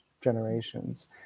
generations